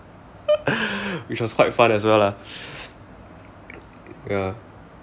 which was quite fun as well lah